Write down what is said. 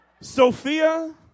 Sophia